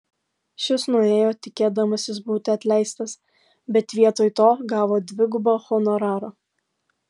šis nuėjo tikėdamasis būti atleistas bet vietoj to gavo dvigubą honorarą